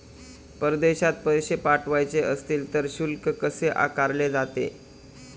परदेशात पैसे पाठवायचे असतील तर शुल्क कसे आकारले जाते?